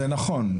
זה נכון.